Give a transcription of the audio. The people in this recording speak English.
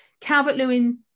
Calvert-Lewin